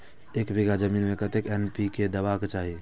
एक बिघा जमीन में कतेक एन.पी.के देबाक चाही?